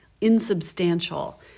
insubstantial